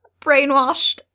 brainwashed